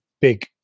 big